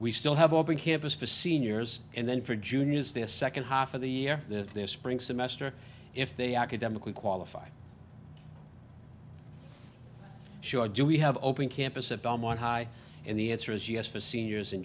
we still have open campus for seniors and then for juniors the second half of the year that their spring semester if they academically qualified should do we have open campus at belmont high and the answer is yes for seniors and